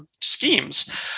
schemes